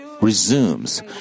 resumes